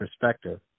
perspective